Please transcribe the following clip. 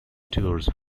tours